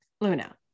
Luna